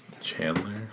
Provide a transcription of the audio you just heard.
Chandler